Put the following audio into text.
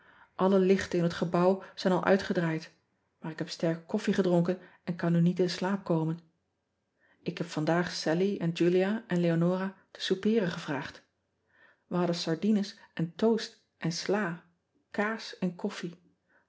lle lichten in het gebouw zijn al uitgedraaid maar ik heb sterke koffie gedronken en kan nu niet in slaap komen k heb vandaag allie en ulia en eonora te soupeeren gevraagd e hadden sardines en toast en sla kaas en koffie